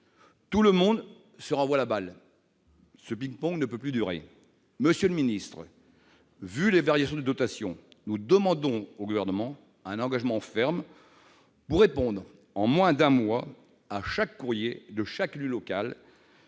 Tout le monde se renvoie la balle : ce ping-pong ne peut plus durer ! Monsieur le ministre, compte tenu des variations concernant les dotations, nous demandons au Gouvernement un engagement ferme pour répondre en moins d'un mois à chaque courrier de chaque élu local